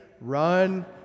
Run